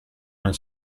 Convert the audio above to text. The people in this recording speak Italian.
nel